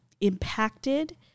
impacted